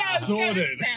sorted